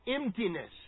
emptiness